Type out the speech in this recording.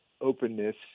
openness